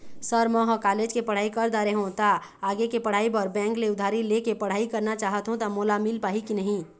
Sir म ह college के पढ़ाई कर दारें हों ता आगे के पढ़ाई बर बैंक ले उधारी ले के पढ़ाई करना चाहत हों ता मोला मील पाही की नहीं?